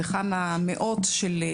אבל מדובר בכמה מאות שמות,